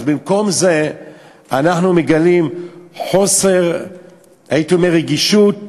אנחנו מגלים חוסר רגישות,